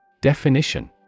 Definition